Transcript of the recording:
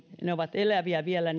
ne ovat eläviä vielä